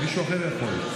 מישהו אחר יכול,